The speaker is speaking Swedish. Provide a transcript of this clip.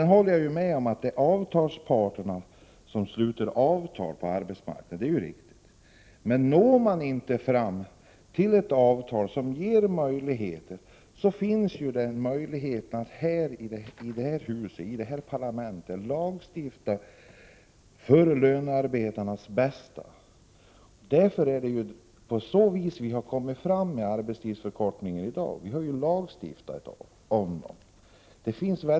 Jag håller med om att det är avtalsparterna som sluter avtal på arbetsmarknaden. Det är riktigt. Men når man inte fram till ett avtal, finns ju 75 möjligheten att här i parlamentet lagstifta för lönearbetarnas bästa. Det är på det sättet vi har fått fram dagens arbetstidsförkortning. Vi har lagstiftat om den.